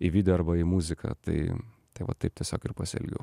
į video arba į muziką tai tai va taip tiesiog ir pasielgiau